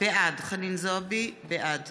בעד